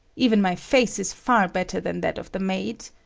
even my face is far better than that of the maid.